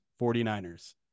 49ers